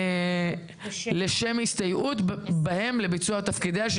לשם הסתייעות בהם לביצוע תפקידיה של